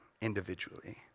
individually